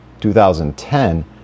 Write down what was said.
2010